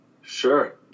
Sure